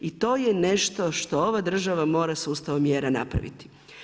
I to je nešto što ova država mora sustavom mjera napraviti.